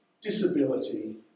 disability